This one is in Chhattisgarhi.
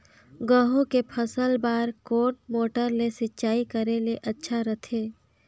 गहूं के फसल बार कोन मोटर ले सिंचाई करे ले अच्छा रथे?